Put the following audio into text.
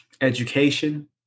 education